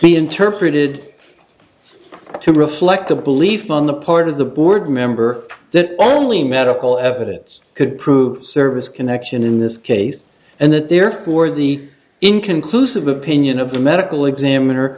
be interpreted to reflect a belief on the part of the board member that only medical evidence could prove service connection in this case and that therefore the inconclusive opinion of the medical examiner